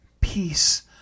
peace